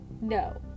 no